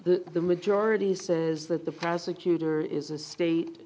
the the majority says that the prosecutor is a state